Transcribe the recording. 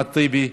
אחמד טיבי,